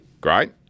great